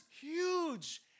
huge